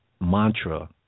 Mantra